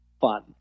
fun